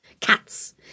cats